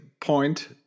point